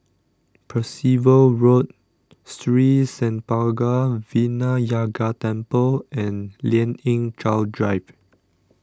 Percival Road Sri Senpaga Vinayagar Temple and Lien Ying Chow Drive